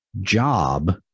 job